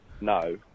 no